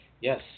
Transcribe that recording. Yes